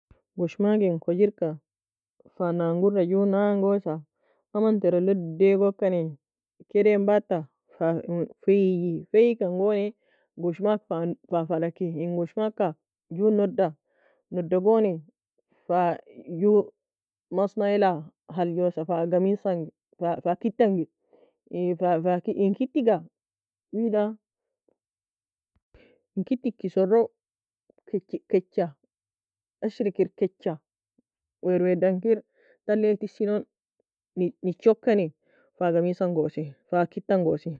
Goshmag en kogirka fananguor a goe nangosa, aman teri log daigokani, keday en bata fa faiye Faiyokani, in goshmag fa fala kee, in goshmag ka goo noda, noda gooni fa مصنع la halga fa قميص fa kity angie, in kity ga kassure log kecha, talei tesie log wer wer dan necha fa قميص fa kitta engosie